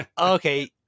okay